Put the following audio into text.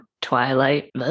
Twilight